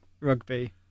rugby